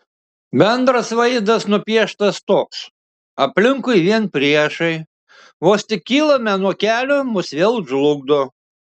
bendras vaizdas nupieštas toks aplinkui vien priešai vos tik kylame nuo kelių mus vėl žlugdo